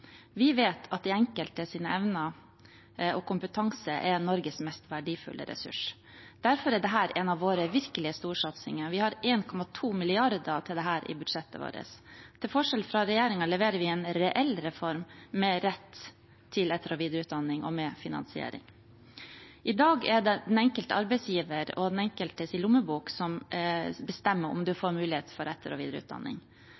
Vi vet at den enkeltes evner og kompetanse er Norges mest verdifulle ressurs. Derfor er dette en av våre virkelige storsatsinger. Vi har 1,2 mrd. kr til dette i budsjettet vårt. Til forskjell fra regjeringen leverer vi en reell reform, med rett til etter- og videreutdanning og med finansiering. I dag er det den enkelte arbeidsgiver og den enkeltes lommebok som bestemmer om